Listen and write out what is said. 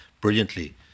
brilliantly